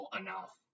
enough